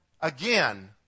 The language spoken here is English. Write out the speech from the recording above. again